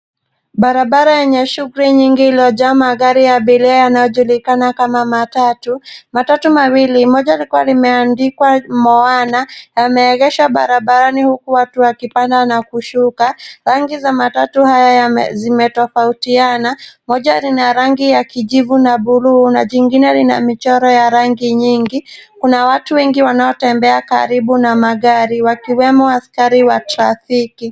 Barabara yenye shughuli nyingi iliyojaa magari ya abiria yanayojulikana kama matatu. Matatu mawili, moja likiwa limeandikwa Moana yameegeshwa barabarani huku watu wakipanda na kushuka. Rangi za matatu haya zimetofautiana. Moja lina rangi ya kijivu na buluu na jinine lina michoro ya rangi nyingi. Kuna watu wengi wanaotembea karibu na magari wakiwemo afisa wa trafiki.